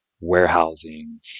warehousing